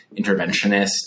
interventionist